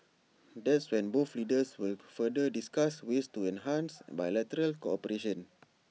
that's when both leaders will further discuss ways to enhance bilateral cooperation